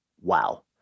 wow